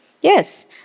Yes